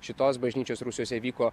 šitos bažnyčios rūsiuose vyko